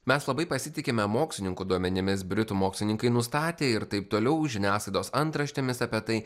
mes labai pasitikime mokslininkų duomenimis britų mokslininkai nustatė ir taip toliau žiniasklaidos antraštėmis apie tai